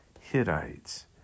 Hittites